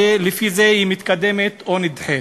ולפי זה היא מתקדמת או נדחית.